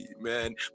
man